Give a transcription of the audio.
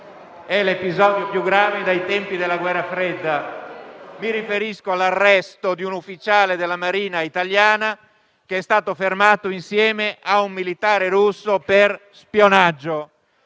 l'episodio più grave dai tempi della guerra fredda. Mi riferisco all'arresto di un ufficiale della Marina italiana, che è stato fermato insieme a un militare russo, per spionaggio.